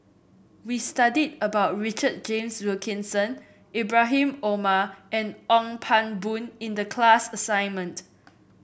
we studied about Richard James Wilkinson Ibrahim Omar and Ong Pang Boon in the class assignment